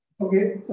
Okay